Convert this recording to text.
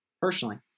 Personally